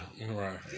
right